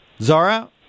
Zara